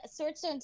swordstone